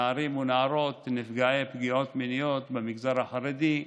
נערים או נערות נפגעי פגיעות מיניות במגזר החרדי,